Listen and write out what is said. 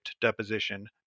deposition